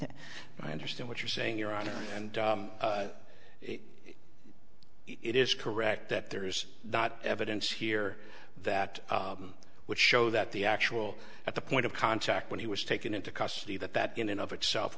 that i understand what you're saying your honor and it is correct that there is not evidence here that would show that the actual at the point of contact when he was taken into custody that that in and of itself